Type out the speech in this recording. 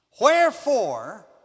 Wherefore